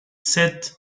sept